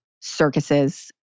circuses